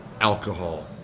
alcohol